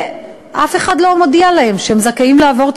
ואף אחד לא מודיע להם שהם זכאים לעבור את